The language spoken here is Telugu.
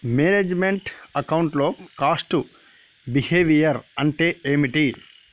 మేనేజ్ మెంట్ అకౌంట్ లో కాస్ట్ బిహేవియర్ అంటే ఏమిటి?